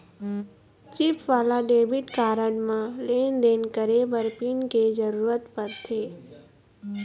chip वाला debit card म लेन देन करे बर पिन के जरूरत परथे